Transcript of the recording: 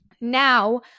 now